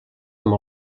amb